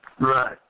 Right